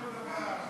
אותו דבר,